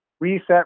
reset